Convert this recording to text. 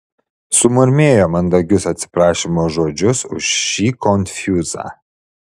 sumurmėjo mandagius atsiprašymo žodžius už šį konfūzą